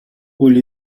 will